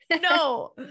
No